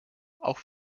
auch